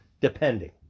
depending